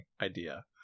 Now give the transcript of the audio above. idea